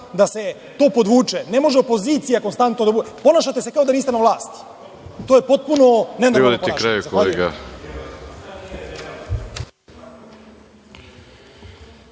da se to podvuče. Ne može opozicija konstantno da bude… Ponašate se kao da niste na vlasti i to je potpuno